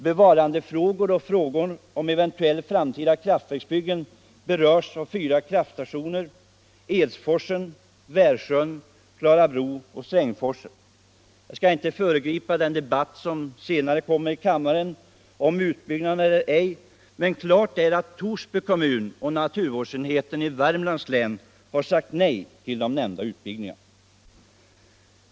Bevarandefrågor och frågor om eventuella framtida kraftverksbyggen berör fyra kraftstationer: Edsforsen, Värsjö, Klarabro och Strängforsen. Jag vill inte föregripa den debatt som vi senare kommer att få i denna kammare om en utbyggnad eller ej, men klart är att såväl Torsby kommun som naturvårdsenheten vid länsstyrelsen i Värmlands län har avstyrkt de nämnda utbyggnaderna.